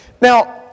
Now